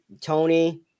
Tony